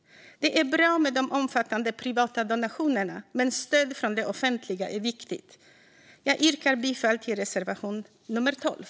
Det är bra med de omfattande privata donationerna, men stöd från det offentliga är viktigt. Jag yrkar bifall till reservation nummer 12.